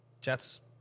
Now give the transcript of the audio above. Jets